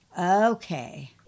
Okay